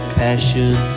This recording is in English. passion